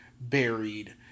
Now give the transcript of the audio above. buried